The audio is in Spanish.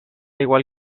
igual